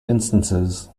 instances